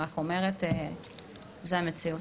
זו המציאות.